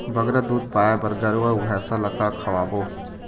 बगरा दूध पाए बर गरवा अऊ भैंसा ला का खवाबो?